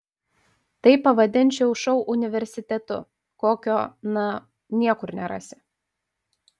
tai pavadinčiau šou universitetu kokio na niekur nerasi